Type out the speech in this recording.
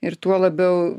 ir tuo labiau